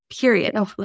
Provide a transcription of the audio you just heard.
period